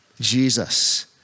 Jesus